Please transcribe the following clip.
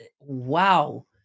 Wow